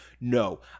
no